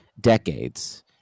decades